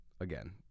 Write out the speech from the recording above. again